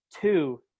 two